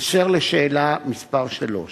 אשר לשאלה מס' 3,